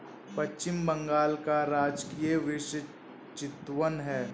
पश्चिम बंगाल का राजकीय वृक्ष चितवन है